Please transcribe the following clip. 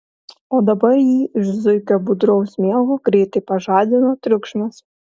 o dabar jį iš zuikio budraus miego greitai pažadino triukšmas